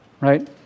right